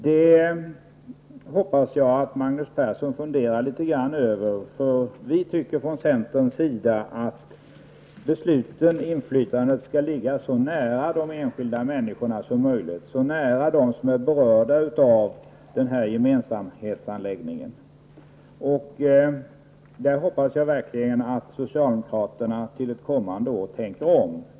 Det hoppas jag att Magnus Persson funderar lite grand över. Vi i centern tycker att besluten och inflytandet skall ligga så nära de enskilda människorna och de som är berörda av gemensamhetsanläggningen som möjligt. På den punkten hoppas jag verkligen att socialdemokraterna tänker om till ett kommande år.